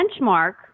benchmark